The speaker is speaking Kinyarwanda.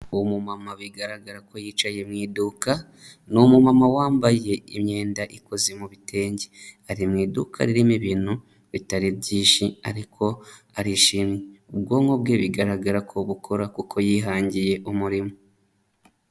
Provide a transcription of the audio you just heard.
Ni umumama bigaragara ko yicaye mu iduka, ni umumama wambaye imyenda ikoze mu bitenge. Ari mu iduka ririmo ibintu bitari byinshi ariko arishimye. Ubwonko bwe bigaragara ko bukora kuko yihangiye umurimo.